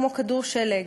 כמו כדור שלג.